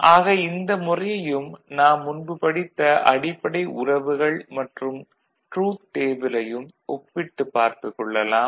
ஆக இந்த முறையையும் நாம் முன்பு படித்த அடிப்படை உறவுகள் மற்றும் ட்ரூத் டேபிளையும் ஒப்பிட்டு பார்த்துக் கொள்ளலாம்